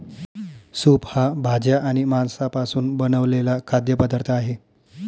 soup हा भाज्या आणि मांसापासून बनवलेला खाद्य पदार्थ आहे